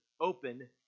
open